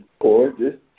gorgeous